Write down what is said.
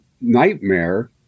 nightmare